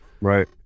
Right